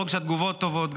לא רק שהתגובות טובות,